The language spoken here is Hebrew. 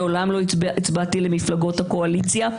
מעולם לא הצבעתי למפלגות הקואליציה,